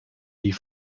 die